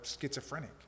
schizophrenic